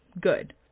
good